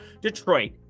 Detroit